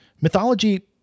mythology